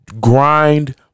grind